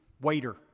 waiter